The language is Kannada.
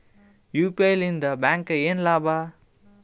ಯು.ಪಿ.ಐ ಲಿಂದ ಬ್ಯಾಂಕ್ಗೆ ಏನ್ ಲಾಭ?